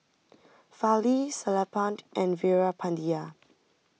Fali Sellapan and Veerapandiya